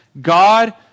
God